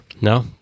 No